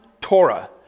Torah